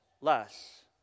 less